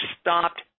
stopped